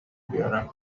بیارم